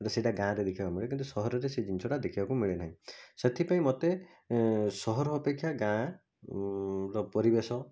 କିନ୍ତୁ ସେଇଟା ଗାଁ'ରେ ଦେଖିବାକୁ ମିଳେ କିନ୍ତୁ ସହରରେ ସେଇ ଜିନିଷଟା ଦେଖିବାକୁ ମିଳେ ନାହିଁ ସେଥିପାଇଁ ମୋତେ ସହର ଅପେକ୍ଷା ଗାଁ ର ପରିବେଶ